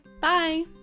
bye